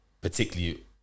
Particularly